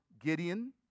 Gideon